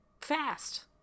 fast